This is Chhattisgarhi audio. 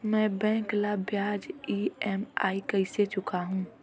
मैं बैंक ला ब्याज ई.एम.आई कइसे चुकाहू?